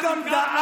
הוא גם דאג